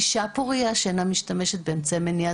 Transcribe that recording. אישה פורייה שאינה משתמשת באמצעי מניעה,